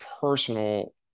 personal